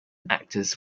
actors